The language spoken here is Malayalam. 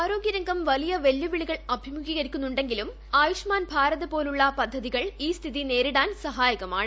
ആരോഗ്യരംഗം വലിയ വെല്ലുവിളികൾ അഭിമുഖീകരിക്കുന്നുങ്കെിലും ആയുഷ്മാൻ ഭാരത് പോലുള്ള ആരോഗ്യ പദ്ധതികൾ ഈ സ്ഥിതി നേരിടാൻ സഹായകമാണ്